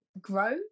grow